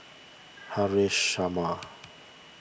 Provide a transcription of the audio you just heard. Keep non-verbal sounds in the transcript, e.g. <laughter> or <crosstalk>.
<noise> Haresh Sharma